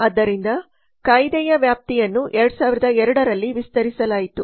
ಆದ್ದರಿಂದ ಕಾಯಿದೆಯ ವ್ಯಾಪ್ತಿಯನ್ನು 2002 ರಲ್ಲಿ ವಿಸ್ತರಿಸಲಾಯಿತು